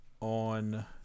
on